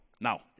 now